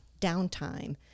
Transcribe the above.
downtime